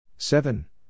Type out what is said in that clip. Seven